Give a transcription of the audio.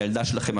הילדה שלכם,